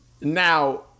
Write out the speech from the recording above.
Now